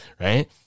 right